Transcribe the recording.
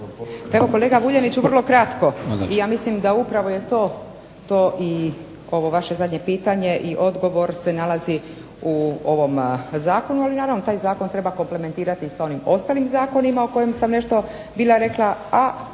Evo kolega Vuljaniću vrlo kratko, ja mislim da upravo je to i ovo vaše zadnje pitanje i odgovor se nalazi u ovom zakonu. Ali naravno taj zakon treba komplimentirati i sa onim ostalim zakonima o kojim sam nešto bila rekla,